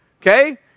okay